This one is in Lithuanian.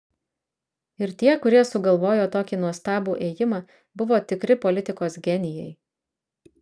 ir tie kurie sugalvojo tokį nuostabų ėjimą buvo tikri politikos genijai